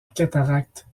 cataracte